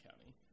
County